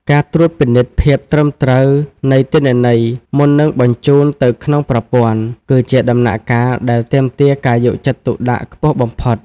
ការត្រួតពិនិត្យភាពត្រឹមត្រូវនៃទិន្នន័យមុននឹងបញ្ជូនទៅក្នុងប្រព័ន្ធ គឺជាដំណាក់កាលដែលទាមទារការយកចិត្តទុកដាក់ខ្ពស់បំផុត។